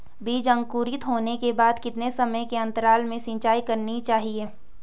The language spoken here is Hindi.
बीज अंकुरित होने के बाद कितने समय के अंतराल में सिंचाई करनी चाहिए?